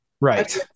Right